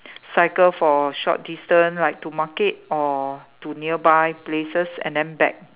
cycle for a short distance like to market or to nearby places and then back